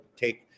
take